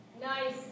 Nice